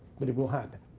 but it will happen.